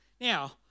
Now